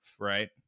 right